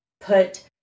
put